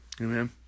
Amen